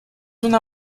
una